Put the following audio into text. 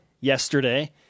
yesterday